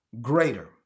greater